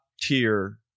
tier